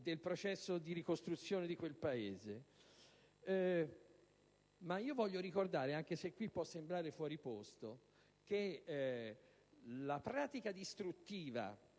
Voglio inoltre ricordare, anche se qui può sembrare fuori posto, che la pratica distruttiva